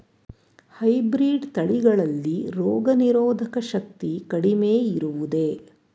Hybrid ತಳಿಗಳಲ್ಲಿ ರೋಗನಿರೋಧಕ ಶಕ್ತಿ ಕಡಿಮೆ ಇರುವುದೇ?